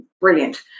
Brilliant